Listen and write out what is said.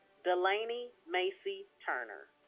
delainey macy turner